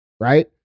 right